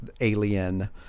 alien